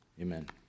Amen